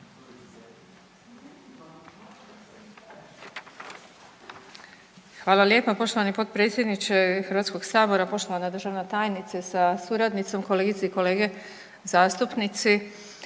Hvala lijepo poštovani potpredsjedniče HS-a, poštovani državni tajniče sa suradnicom, kolegice i kolege. Ja ću